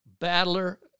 battler